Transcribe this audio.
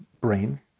brain